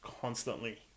constantly